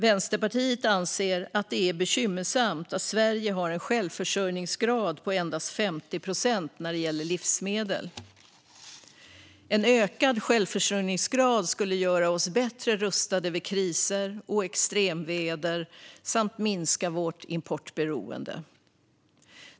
Vänsterpartiet anser att det är bekymmersamt att Sverige har en självförsörjningsgrad på endast 50 procent när det gäller livsmedel. En ökad självförsörjningsgrad skulle göra oss bättre rustade vid kriser och extremväder samt minska vårt importberoende.